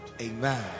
Amen